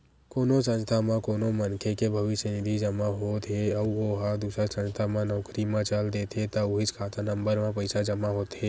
कोनो संस्था म कोनो मनखे के भविस्य निधि जमा होत हे अउ ओ ह दूसर संस्था म नउकरी म चल देथे त उहींच खाता नंबर म पइसा जमा होथे